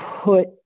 put